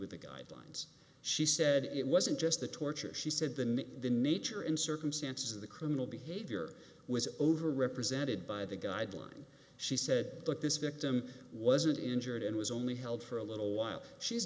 with the guidelines she said it wasn't just the torture she said that the nature and circumstances of the criminal behavior was over represented by the guidelines she said look this victim wasn't injured and was only held for a little while she